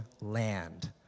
land